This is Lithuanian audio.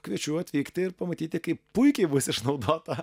kviečiu atvykti ir pamatyti kaip puikiai bus išnaudota